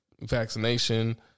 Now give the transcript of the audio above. vaccination